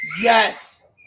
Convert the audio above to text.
Yes